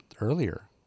earlier